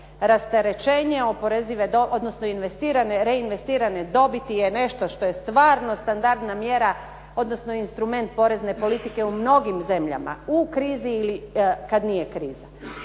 rasterećenje oporezive odnosno reinvestirane dobiti je nešto što je stvarno standardna mjera odnosno instrument porezne politike u mnogim zemljama, u krizi ili kad nije kriza.